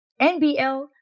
NBL